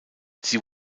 sie